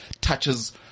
touches –